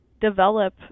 develop